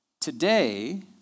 today